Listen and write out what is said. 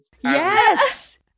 Yes